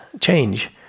change